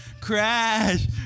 crash